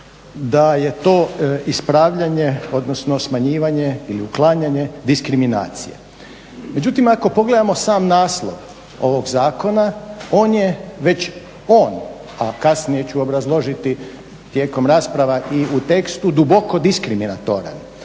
da je to ispravljanje odnosno smanjivanje ili uklanjanje diskriminacije. Međutim ako pogledamo sam naslov ovog zakona on je već, on, a kasnije ću obrazložiti tijekom rasprava i u tekstu, duboko diskrimiratoran.